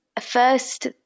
First